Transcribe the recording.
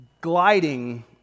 gliding